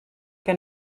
que